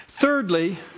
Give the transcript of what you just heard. Thirdly